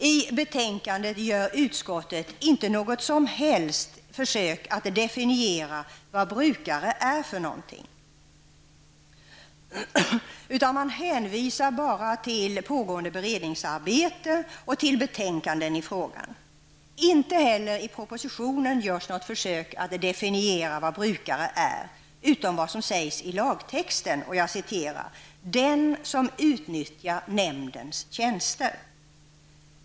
I betänkandet gör utskottet inte något som helst försök att definiera vad brukare är för något utan hänvisar bara till pågående beredningsarbete och till betänkanden i frågan. Inte heller i propositionen görs något försök att definiera vad brukare är förutom att man hänvisar till vad som sägs i lagtexten, dvs. ''den som utnyttjar nämndens tjänster''.